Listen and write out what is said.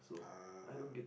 ah